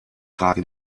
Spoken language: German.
frage